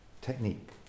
technique